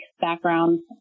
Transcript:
backgrounds